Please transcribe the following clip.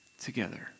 together